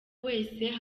wese